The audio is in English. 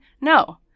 No